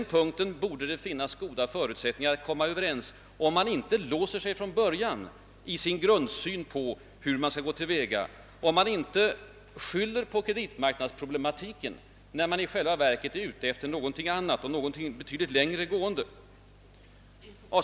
Och beträffande medlet borde det finnas goda förutsättningar att komma överens, om man inte låser sig från början i sin grundsyn på hur man skall gå till väga, om man inte skyller på kredit marknadsproblematiken, när man i själva verket är ute efter någonting annat och betydligt längre gående.